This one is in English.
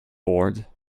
bored